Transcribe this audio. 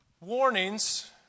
warnings